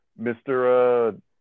Mr